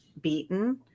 beaten